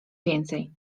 więcej